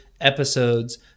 episodes